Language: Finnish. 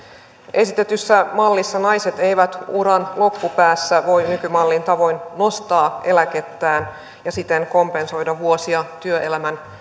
esitetyssä mallissa naiset eivät uran loppupäässä voi nykymallin tavoin nostaa eläkettään ja siten kompensoida vuosia työelämän